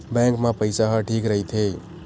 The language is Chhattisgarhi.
बैंक मा पईसा ह ठीक राइथे?